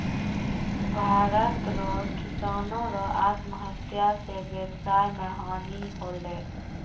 भारत रो किसानो रो आत्महत्या से वेवसाय मे हानी होलै